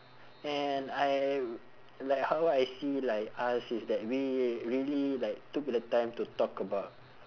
and I like how I see like us is that we really like took the time to talk about